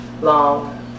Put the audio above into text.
long